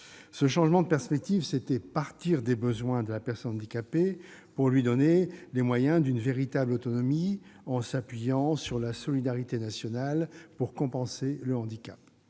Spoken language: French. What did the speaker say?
Il s'agissait en l'occurrence de partir des besoins de la personne handicapée pour lui donner les moyens d'une véritable autonomie, en s'appuyant sur la solidarité nationale pour compenser le handicap.